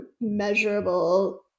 measurable